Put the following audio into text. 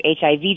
HIV